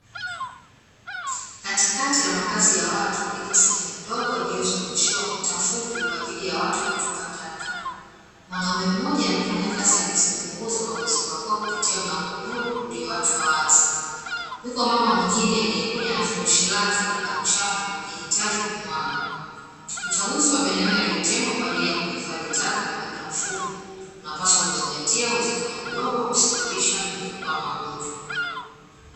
Katikati ya makazi ya watu, iko sehemu ndogo iliyozungushiwa kuta fupi kwa ajili ya watu kutupa taka. Mwanaume mmoja anafanya kazi ya kuzipunguza kwa kuzipakua kupitia mlango mdogo ulioachwa wazi. Yuko mama mwingine aliyekuja na furushi lake la uchafu akihitaji kumwaga. Uchaguzi wa maeneo yaliyotengwa kwa ajili ya kuhifadhi taka kwa muda mfupi, unapaswa kuzingatia uwezekano mdogo wa kusababisha mlipuko wa magonjwa.